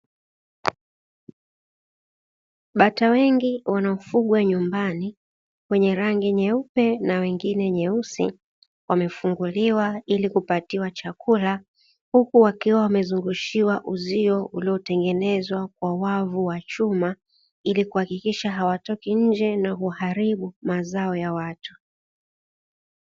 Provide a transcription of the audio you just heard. Bata wengi wanaofugwa nyumbani wenye rangi nyeupe na wengine nyeusi, wamefunguliwa ili kupatiwa chakula huku wakiwa wamezungushiwa uzio uliotengenezwa kwa wavu wa chuma ili kuhakikisha hawatoki nje na kuharibu mazao ya watu .